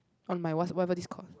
on my what's whatever this called